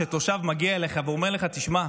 תושב, מגיע אליך ואומר לך: תשמע,